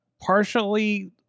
partially